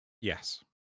Yes